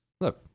Look